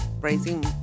raising